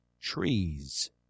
trees